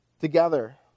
Together